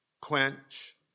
Quench